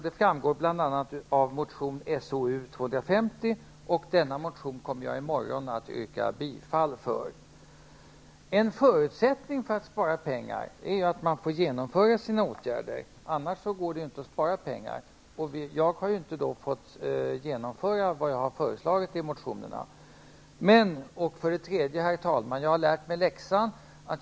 Det framgår bl.a. av motion SoU250. Denna motion kommer jag i morgon att rösta för. En förutsättning för att spara pengar är att man får genomföra sina åtgärder, annars går det inte att spara. Jag har inte fått genomföra vad jag har föreslagit i motionerna. Men, herr talman, jag har lärt mig läxan.